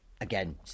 again